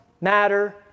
matter